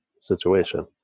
situation